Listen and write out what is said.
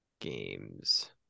Games